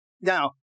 Now